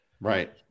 Right